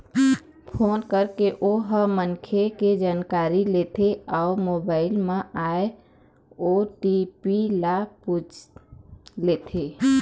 phone करके ओ ह मनखे के जानकारी लेथे अउ मोबाईल म आए ओ.टी.पी ल पूछ लेथे